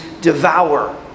devour